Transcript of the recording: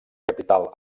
capital